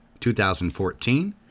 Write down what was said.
2014